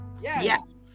Yes